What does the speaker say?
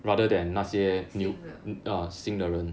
新的